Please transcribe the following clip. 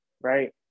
right